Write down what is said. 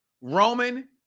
Roman